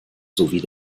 sowie